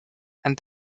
and